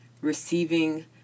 Receiving